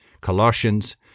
Colossians